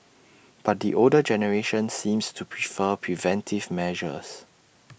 but the older generation seems to prefer preventive measures